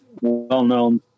well-known